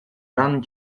ran